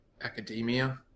academia